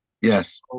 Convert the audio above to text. Yes